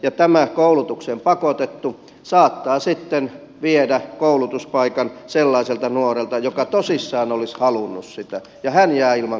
tämä koulutukseen pakotettu saattaa sitten viedä koulutuspaikan sellaiselta nuorelta joka tosissaan olisi halunnut sitä ja hän jää ilman koulutuspaikkaa